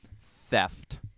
theft